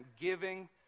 giving